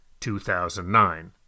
2009